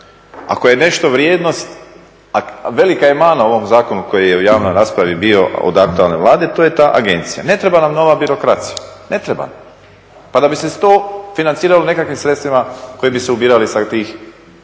ako je nešto vrijednost a velika je mana ovom zakonu koji je u javnoj raspravi bio od aktualne Vlade to je ta agencija. Ne treba nam nova birokracija. Ne treba nam. Pa da bi se …/Govornik se ne razumije./… financiralo nekakvim sredstvima koji bi se ubirali sa tog